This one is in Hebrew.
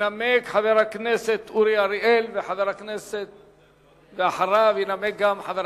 ינמק חבר הכנסת אורי אריאל, ואחריו ינמק גם חבר